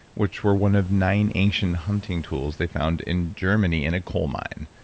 which were one of nine ancient hunting tools they found in germany in a coal mine.